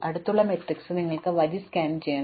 അടുത്തുള്ള മാട്രിക്സിൽ നിങ്ങൾക്കായി വരി സ്കാൻ ചെയ്യണം